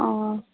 অ